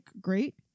great